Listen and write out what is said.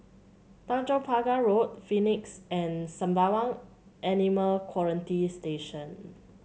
Tanjong Pagar Road Phoenix and Sembawang Animal Quarantine Station